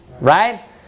right